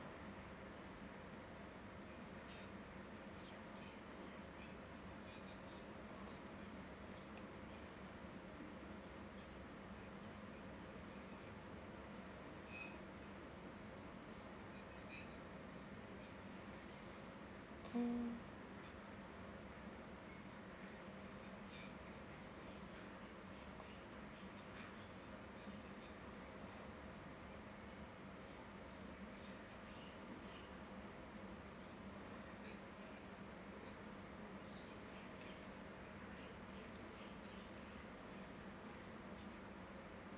mm